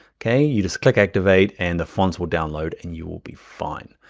okay you just click activate and the fonts will download and you will be fine.